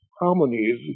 harmonies